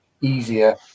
easier